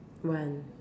one